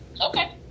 okay